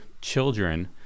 children